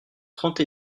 trente